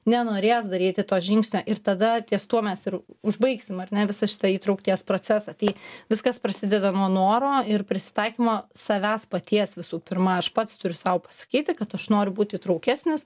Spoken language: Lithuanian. nenorės daryti to žingsnio ir tada ties tuo mes ir užbaigsim ar ne visą šitą įtraukties procesą tai viskas prasideda nuo noro ir prisitaikymo savęs paties visų pirma aš pats turiu sau pasakyti kad aš noriu būti įtraukesnis